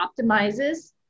optimizes